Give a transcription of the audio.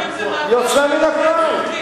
זה הוויכוח.